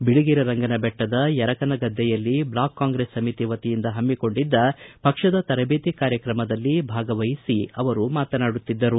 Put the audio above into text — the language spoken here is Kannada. ಬಿಳಿಗಿರಿರಂಗನಬೆಟ್ಟದ ಯರಕನಗದ್ದೆಯಲ್ಲಿ ಬ್ಲಾಕ್ ಕಾಂಗ್ರೆಸ್ ಸಮಿತಿ ವತಿಯಿಂದ ಹಮ್ಹಿಕೊಂಡಿದ್ದ ಪಕ್ಷದ ತರಬೇತಿ ಕಾರ್ಯಕ್ರಮದಲ್ಲಿ ಭಾಗವಹಿಸಿ ಅವರು ಮಾತನಾಡಿದರು